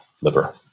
liver